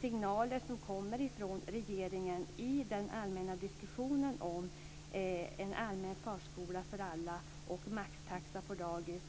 signaler som kommer från regeringen i den allmänna diskussionen om en allmän förskola för alla och maxtaxa på dagis.